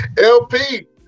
LP